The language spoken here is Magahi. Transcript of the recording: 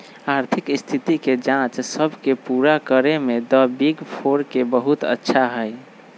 आर्थिक स्थिति के जांच सब के पूरा करे में द बिग फोर के बहुत अच्छा हई